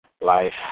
life